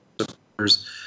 supporters